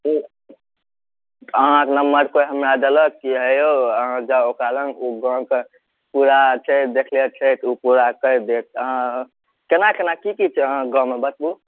अहाँके नम्बर कोइ हमरा देलक हे यौ जाउ ओकरा लग ओ गाँव पूरा छै देखले छै ओ पूरा कैर देत अहाँ केना केना की की छै अहाँके गाँव मे बतबू